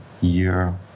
year